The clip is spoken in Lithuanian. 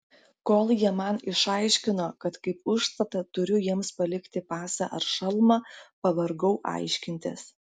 kol jie man išaiškino kad kaip užstatą turiu jiems palikti pasą ar šalmą pavargau aiškintis